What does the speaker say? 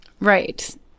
Right